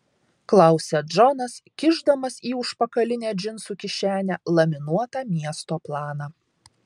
klausia džonas kišdamas į užpakalinę džinsų kišenę laminuotą miesto planą